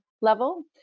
level